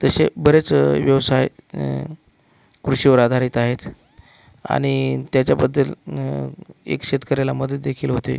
तसे बरेच व्यवसाय कृषीवर आधारित आहेत आणि त्याच्याबद्दल एक शेतकऱ्याला मदतदेखील होते